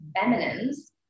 feminines